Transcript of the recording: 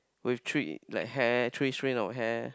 with three like hair three strain of hair